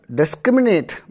discriminate